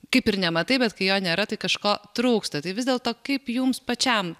kaip ir nematai bet kai jo nėra tai kažko trūksta tai vis dėlto kaip jums pačiam